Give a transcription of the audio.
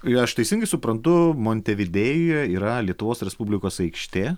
jei aš teisingai suprantu montevidėjuje yra lietuvos respublikos aikštė